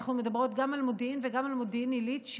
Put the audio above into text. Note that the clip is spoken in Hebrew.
אנחנו מדברות גם על מודיעין וגם על מודיעין עילית,